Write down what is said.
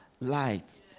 light